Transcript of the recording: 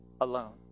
alone